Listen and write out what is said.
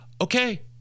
okay